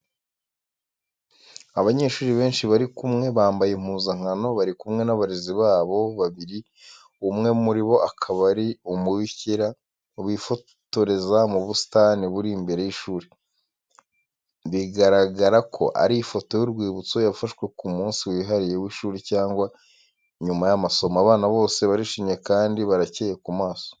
Abanyeshuri benshi bari kumwe, bambaye impuzankano bari kumwe n’abarezi babo babiri umwe muri bo akaba ari umubikira, bifotoreza mu busitani buri imbere y’ishuri. Bigaragara ko ari ifoto y’urwibutso yafashwe ku munsi wihariye w’ishuri cyangwa nyuma y’amasomo. Abana bose barishimye kandi baracyeye ku maso.